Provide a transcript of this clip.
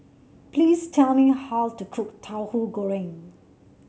please tell me how to cook Tahu Goreng